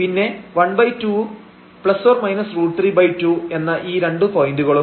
പിന്നെ 12 ±√32 എന്ന ഈ രണ്ട് പോയിന്റുകളും